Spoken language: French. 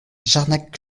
jarnac